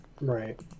Right